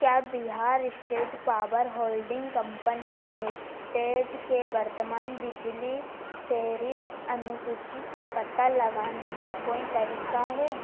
क्या Bihar state power holding company limited के वर्तमान बिजली टेरिफ़ अनुसूची का पता लगाने का कोई तरीक़ा है